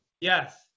Yes